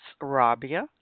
Rabia